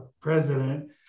president